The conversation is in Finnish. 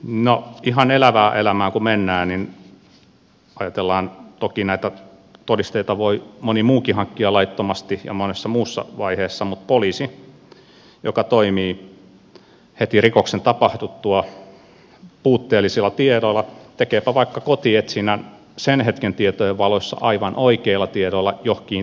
no ihan elävään elämään kun mennään niin ajatellaan että toki näitä todisteita voi moni muukin ja monessa muussa vaiheessa hankkia laittomasti mutta entä poliisi joka toimii heti rikoksen tapahduttua puutteellisilla tiedoilla tekeepä vaikka kotietsinnän sen hetken tietojen valossa aivan oikeilla tiedoilla johonkin tiettyyn asuntoon